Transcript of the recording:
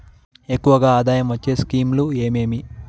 ఎక్కువగా ఆదాయం వచ్చే స్కీమ్ లు ఏమేమీ?